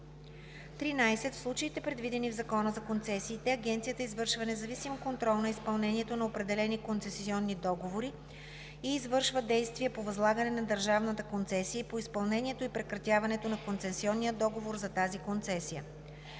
13. в случаите, предвидени в Закона за концесиите, Агенцията извършва независим контрол на изпълнението на определени концесионни договори и извършва действия по възлагане на държавна концесия и по изпълнението и прекратяването на концесионния договор за тази концесия;